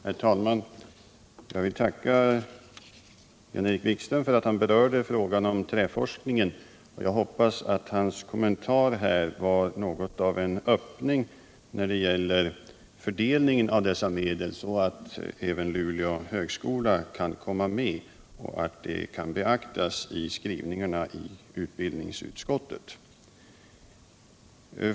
Herr talman! Jag vill tacka Jan-Erik Wikström för att han berörde frågan om träforskningen. Jag hoppas att hans kommentarer här var något av en öppning när det gäller fördelning av dessa medel, så att även Luleå högskola kan komma med, och att detta kan beaktas i skrivningarna i utbildningsutskottet.